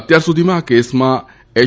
અત્યાર સુધીમાં આ કેસમાં એચ